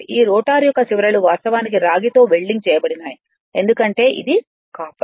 ఈ రోటర్ యొక్క చివరలు వాస్తవానికి రాగి తో వెల్డింగ్ చేయబడినాయి ఎందుకంటే ఇది కాపర్